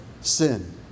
sin